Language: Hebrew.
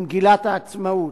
במגילת העצמאות,